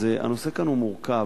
הנושא כאן הוא מורכב.